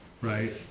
right